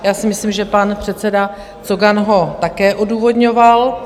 Já si myslím, že pan předseda Cogan ho také odůvodňoval.